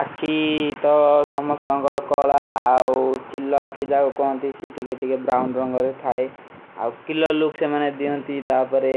ଅଖୀ ତୋ ସମସ୍ତେ କରକାଲା ଆଓ ଚିଲ୍ଲା ଅଖୀ ଜାଗ କୌନତୀ ଶୀତିକେଟୀ କେ ବ୍ରାଉନ ରଂଗରେ ଥାଈ। ଅବ କିଲୋ ଲୂକ ସେ ମୈଂନେ ଦିଯୋଂତୀ ତାପରେ